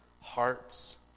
hearts